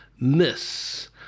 miss